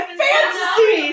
fantasy